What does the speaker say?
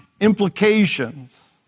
implications